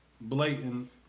blatant